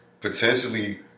potentially